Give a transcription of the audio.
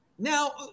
Now